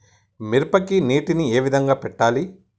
మిరపకి నీటిని ఏ విధంగా పెట్టాలి?